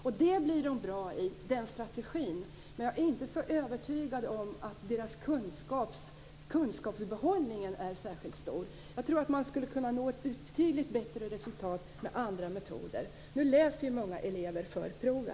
Den strategin blir de bra på, men jag är inte så övertygad om att deras kunskapsbehållning är särskilt stor. Jag tror att man skulle kunna uppnå ett betydligt bättre resultat med andra metoder. Nu läser många elever för proven.